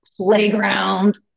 playground